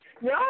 No